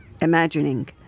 imagining